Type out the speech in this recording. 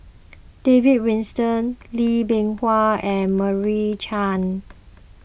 David Wilson Lee Bee Wah and Meira Chand